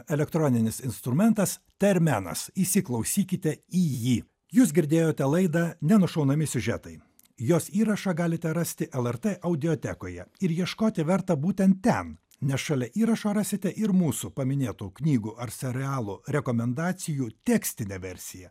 elektroninis instrumentas termenas įsiklausykite į jį jūs girdėjote laidą nenušaunami siužetai jos įrašą galite rasti lrt audiotekoje ir ieškoti verta būtent ten nes šalia įrašo rasite ir mūsų paminėtų knygų ar serialų rekomendacijų tekstinę versiją